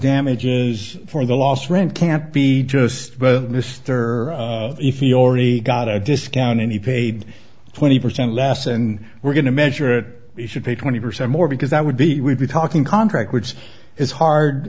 damages for the lost rent can't be just but mr if he already got a discount and he paid twenty percent less and we're going to measure it he should pay twenty percent more because that would be we'd be talking contract which is hard